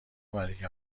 ملک